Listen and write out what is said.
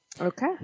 Okay